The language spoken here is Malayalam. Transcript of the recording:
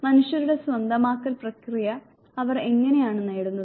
മനുഷ്യരുടെ സ്വന്തമാക്കൽ പ്രക്രിയ അവർ എങ്ങനെയാണ് നേടുന്നത്